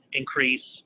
increase